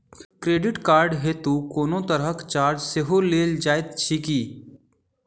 Credit card हेतु कोनो तरहक चार्ज सेहो लेल जाइत अछि की?